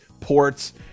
ports